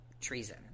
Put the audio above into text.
Treason